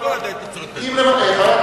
גם נמוך